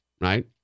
Right